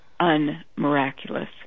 unmiraculous